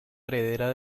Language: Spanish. heredera